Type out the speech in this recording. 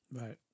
Right